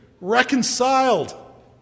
reconciled